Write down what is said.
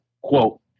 Quote